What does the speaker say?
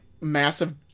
massive